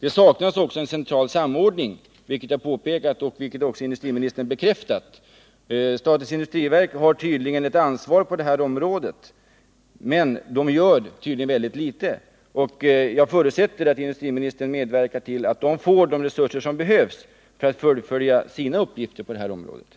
En central samordning saknas, vilket industriministern också har bekräftat. Statens industriverk har tydligen ett ansvar på detta område. Men verket gör uppenbarligen väldigt litet. Jag förutsätter att industriministern medverkar till att industriverket får de resurser som behövs för att verket skall kunna fullfölja sina uppgifter i detta sammanhang.